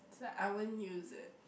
said I won't use it